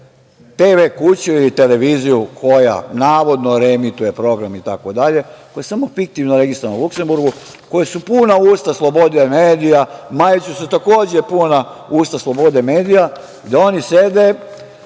kuću ili televiziju koja navodno reemituje program i tako dalje, koja je samo fiktivno registrovana u Luksenburgu, kojoj su puna usta slobode medija, Majiću su takođe puna usta slobode medija, da oni sede